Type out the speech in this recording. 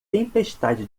tempestade